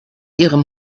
ihrem